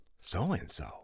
So-and-so